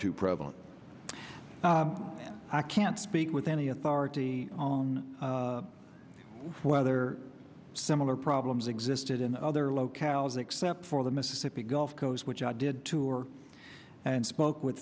too prevalent and i can't speak with any authority on whether similar problems existed in other locales except for the mississippi gulf coast which i did tour and spoke with